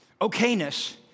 Okayness